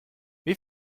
wie